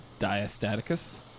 diastaticus